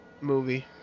movie